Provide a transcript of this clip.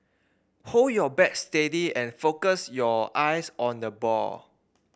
hold your bat steady and focus your eyes on the ball